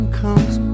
comes